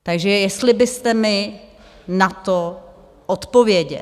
Tak jestli byste mi na to odpověděl.